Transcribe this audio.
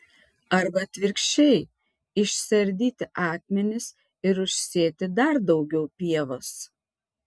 arba atvirkščiai išsiardyti akmenis ir užsėti dar daugiau pievos